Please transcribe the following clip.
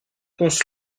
pons